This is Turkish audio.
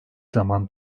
zaman